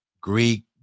Greek